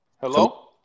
Hello